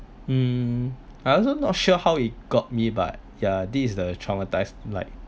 hmm I also not sure how it got me but yeah this is the traumatize like